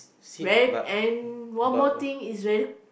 very and one more thing is very